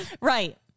Right